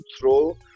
throw